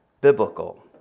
biblical